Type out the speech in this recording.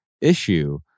issue